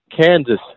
Kansas